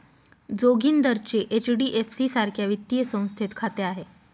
जोगिंदरचे एच.डी.एफ.सी सारख्या वित्तीय संस्थेत खाते आहे